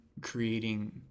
creating